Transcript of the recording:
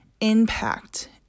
impact